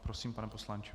Prosím, pane poslanče.